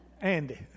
Andy